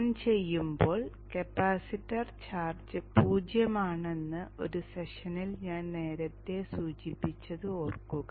on ചെയ്യുമ്പോൾ capacitor charge പൂജ്യമാണെന്ന് ഒരു സെഷനിൽ ഞാൻ നേരത്തെ സൂചിപ്പിച്ചത് ഓർക്കുക